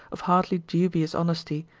of hardly dubious honesty,